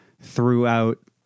throughout